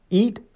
eat